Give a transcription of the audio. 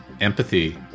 Empathy